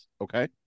Okay